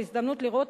והזדמנות לראות,